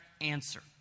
answer